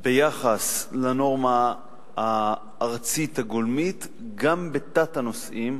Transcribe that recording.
ביחס לנורמה הארצית הגולמית גם בתתי-הנושאים,